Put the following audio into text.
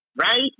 right